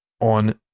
on